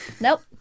Nope